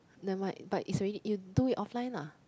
never mind but it's already you do it offline lah